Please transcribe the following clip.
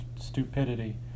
stupidity